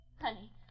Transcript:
Honey